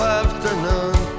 afternoon